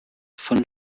von